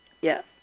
Yes